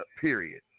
period